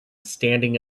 standing